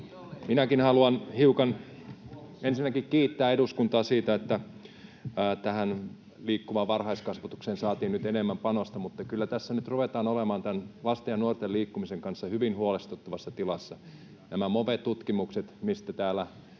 Minäkin haluan hiukan ensinnäkin kiittää eduskuntaa siitä, että tähän Liikkuvaan varhaiskasvatukseen saatiin nyt enemmän panosta, mutta kyllä tässä nyt ruvetaan olemaan tämän lasten ja nuorten liikkumisen kanssa hyvin huolestuttavassa tilassa. Näissä Move-tutkimuksissa, mitkä täällä